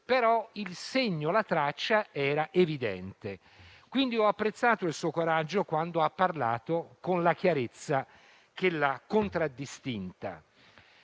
però la traccia era evidente. Ho apprezzato il suo coraggio quando ha parlato con la chiarezza che l'ha contraddistinta,